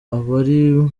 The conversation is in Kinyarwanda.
abari